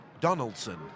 Donaldson